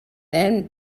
then